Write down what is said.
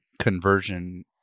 conversion